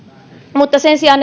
mutta sen sijaan